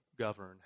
govern